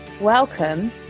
Welcome